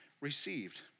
received